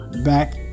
Back